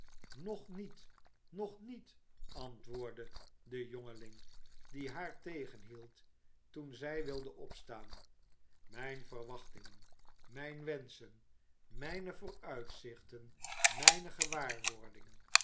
nog niet nog niet antwoordde de jongeling die haar tegenhield toen zij wilde opstaan mijne verwachtingen mijne wenschen mijne vooruitzichten mijne gewaarwordingen